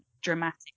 dramatic